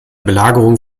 belagerung